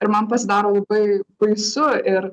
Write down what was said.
ir man pasidaro labai baisu ir